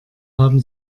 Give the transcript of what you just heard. haben